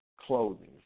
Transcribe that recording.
clothing